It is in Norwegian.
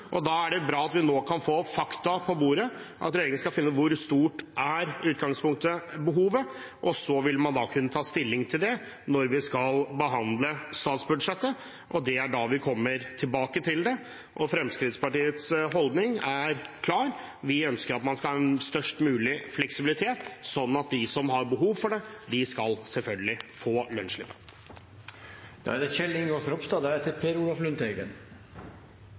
Da er det bra at vi nå kan få fakta på bordet, at regjeringen skal finne ut hvor stort behovet er i utgangspunktet, og så vil man kunne ta stilling til det når vi skal behandle statsbudsjettet. Det er da vi kommer tilbake til det, og Fremskrittspartiets holdning er klar: Vi ønsker at man skal ha en størst mulig fleksibilitet, slik at de som har behov for det, selvfølgelig skal få lønnsslippen. Digitalisering er veldig positivt, og for mange av oss gjør det